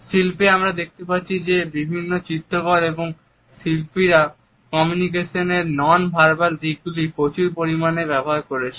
শিল্পেও আমরা দেখতে পাই যে বিভিন্ন চিত্রকর এবং শিল্পীরা কমিউনিকেশনের নন ভার্বাল দিকগুলি প্রচুর পরিমাণে ব্যবহার করেছেন